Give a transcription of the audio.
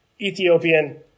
Ethiopian